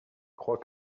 crois